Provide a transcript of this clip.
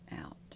out